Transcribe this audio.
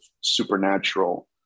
supernatural